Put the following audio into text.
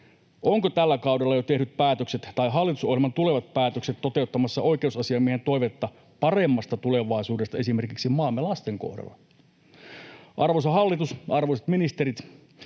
ovatko tällä kaudella jo tehdyt päätökset tai hallitusohjelman tulevat päätökset toteuttamassa oikeusasiamiehen toivetta paremmasta tulevaisuudesta esimerkiksi maamme lasten kohdalla. Arvoisa hallitus, arvoisat ministerit!